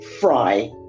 fry